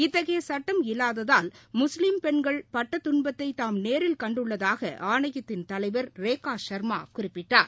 இத்தகைய சுட்டம் இல்லாததால் முஸ்லீம் பெண்கள் பட்ட துன்பத்தை தாம் நேரில் கண்டுள்ளதாக ஆணையத்தின் தலைவர் ரேகா ச்மா குறிப்பிட்டார்